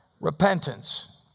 repentance